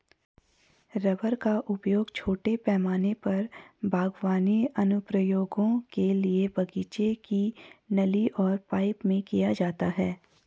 rubber का उपयोग छोटे पैमाने पर बागवानी अनुप्रयोगों के लिए बगीचे की नली और पाइप में किया जाता है